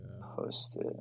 posted